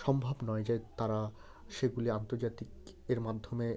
সম্ভব নয় যে তারা সেগুলি আন্তর্জাতিকের মাধ্যমে